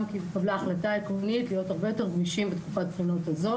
התקבלה החלטה עקרונית להיות הרבה יותר גמישים בתקופת הבחינות הזו